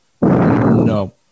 No